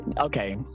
Okay